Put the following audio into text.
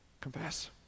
Confess